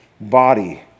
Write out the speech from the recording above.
body